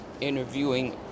interviewing